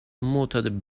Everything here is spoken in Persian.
معتاد